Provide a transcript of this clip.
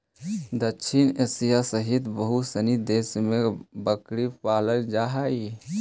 दक्षिण एशिया सहित बहुत सनी देश में बकरी पालल जा हइ